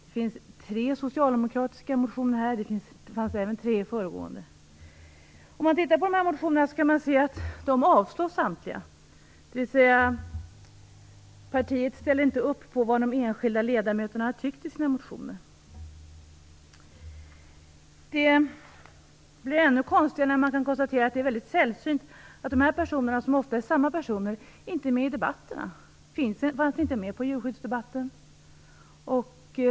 Det finns tre socialdemokratiska enskilda motioner i det här sammanhanget, liksom det fanns förra gången. Samtliga dessa motioner avslås. Partiet ställer alltså inte upp på vad enskilda ledamöter tycker i sina motioner. Ännu konstigare blir det när man konstaterar att det är sällsynt att de här personerna, ofta är det samma personer, inte är med i debatterna. De var inte med i djurskyddsdebatten.